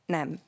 Nem